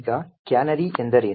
ಈಗ ಕ್ಯಾನರಿ ಎಂದರೇನು